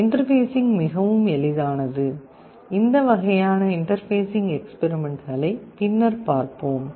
interfacing மிகவும் எளிதானது இந்த வகையான இன்டர்பேஸிங் எக்ஸ்பெரிமெண்ட்களை பின்னர் பார்ப்போம்